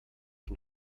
von